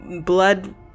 blood